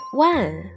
one